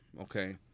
Okay